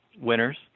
winners